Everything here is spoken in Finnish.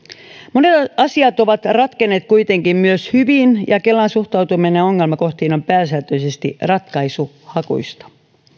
monet asiat ovat ratkenneet kuitenkin myös hyvin ja kelan suhtautuminen ongelmakohtiin on pääsääntöisesti ratkaisuhakuista